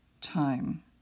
time